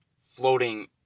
floating